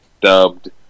dubbed